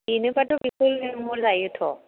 बेनोबाथ' बिखौ लिंहरजायोथ'